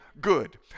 good